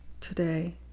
today